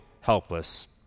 helpless